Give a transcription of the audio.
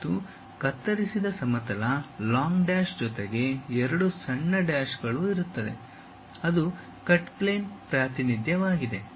ಮತ್ತು ಕತ್ತರಿಸಿದ ಸಮತಲ ಲಾಂಗ್ ಡ್ಯಾಶ್ ಜೊತೆಗೆ ಎರಡು ಸಣ್ಣ ಡ್ಯಾಶ್ಗಳು ಇರುತ್ತದೆ ಅದು ಕಟ್ ಪ್ಲೇನ್ ಪ್ರಾತಿನಿಧ್ಯವಾಗಿದೆ